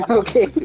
okay